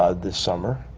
ah this summer.